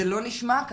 זה לא נשמע ככה.